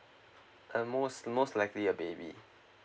uh most most likely a baby